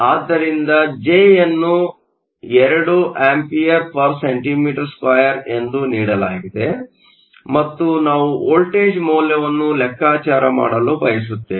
ಆದ್ದರಿಂದ ಜೆಅನ್ನು 2 Acm 2 ಎಂದು ನೀಡಲಾಗಿದೆ ಮತ್ತು ನಾವು ವೋಲ್ಟೇಜ್ ಮೌಲ್ಯವನ್ನು ಲೆಕ್ಕಾಚಾರ ಮಾಡಲು ಬಯಸುತ್ತೇವೆ